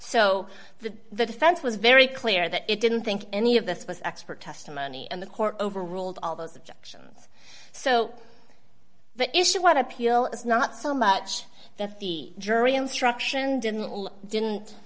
so the the defense was very clear that it didn't think any of this was expert testimony and the court overruled all those objections so the issue on appeal is not so much that the jury instruction didn't didn't